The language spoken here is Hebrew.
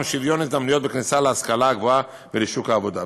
שוויון הזדמנויות בכניסה להשכלה הגבוהה ולשוק העבודה.